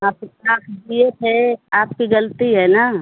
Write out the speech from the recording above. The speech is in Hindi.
आप उतना दिए थे आपकी गलती है ना